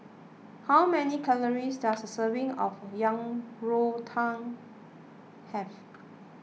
how many calories does a serving of Yang Rou Tang have